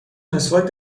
مسواک